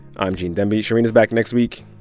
i'm gene demby. shereen is back next week.